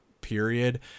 period